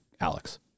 Alex